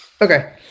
Okay